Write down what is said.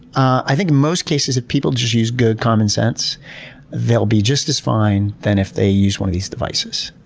i think most cases if people just use good common sense they'll be just as fine than if they use one of these devices.